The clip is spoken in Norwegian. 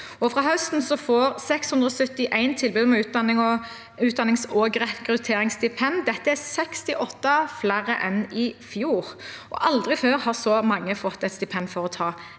Fra høsten får 671 tilbud om utdannings- og rekrutteringsstipend. Dette er 68 flere enn i fjor, og aldri før har så mange fått et stipend for å ta